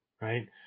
right